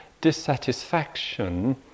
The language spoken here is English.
dissatisfaction